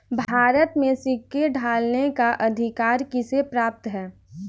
भारत में सिक्के ढालने का अधिकार किसे प्राप्त है?